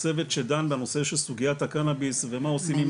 צוות שדן בנושא של סוגיית הקנאביס ומה עשים עם